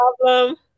problem